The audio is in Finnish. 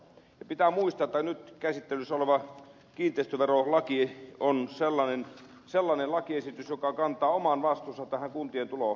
ja pitää muistaa että nyt käsittelyssä oleva kiinteistöverolaki on sellainen lakiesitys joka kantaa oman vastuunsa tähän kuntien tulokertymään